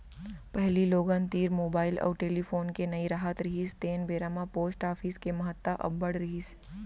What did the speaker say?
पहिली लोगन तीर मुबाइल अउ टेलीफोन के नइ राहत रिहिस तेन बेरा म पोस्ट ऑफिस के महत्ता अब्बड़ रिहिस